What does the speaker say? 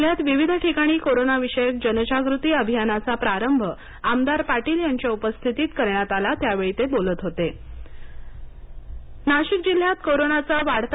जिल्हयात विविध ठिकाणी कोरोनाविषयक जनजागृती अभियानाचा प्रारंभ आमदार पाटील यांच्या उपस्थितीत करण्यात आला त्यावेळी ते बोलत होते